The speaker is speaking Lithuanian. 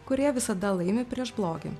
kurie visada laimi prieš blogį